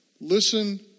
Listen